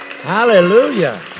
Hallelujah